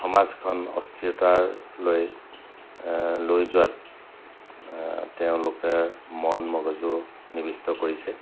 সমাজখন অস্থিৰতালৈ লৈ যোৱাত তেওঁলোকে মন মগজু নিবিষ্ট কৰিছে